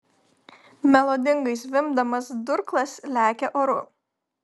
melodingai zvimbdamas durklas lekia oru